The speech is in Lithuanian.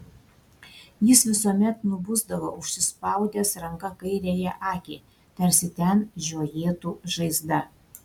jis visuomet nubusdavo užsispaudęs ranka kairiąją akį tarsi ten žiojėtų žaizda